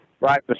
right